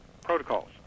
protocols